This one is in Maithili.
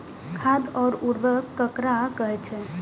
खाद और उर्वरक ककरा कहे छः?